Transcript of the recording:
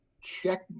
check